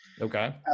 Okay